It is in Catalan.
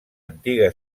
antiga